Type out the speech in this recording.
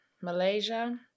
Malaysia